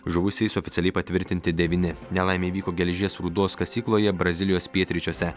žuvusiais oficialiai patvirtinti devyni nelaimė įvyko geležies rūdos kasykloje brazilijos pietryčiuose